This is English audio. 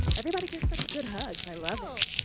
everybody gets a hug. i love um